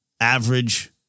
average